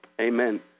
Amen